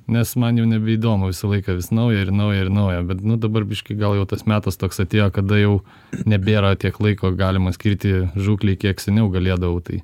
nes man jau nebeįdomu visą laiką vis nauja ir nauja ir nauja bet dabar biškį gal jau tas metas toks atėjo kada jau nebėra tiek laiko galima skirti žūklei kiek seniau galėdavau tai